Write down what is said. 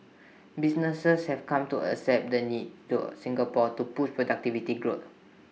businesses have come to accept the need to Singapore to push productivity growth